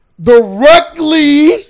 directly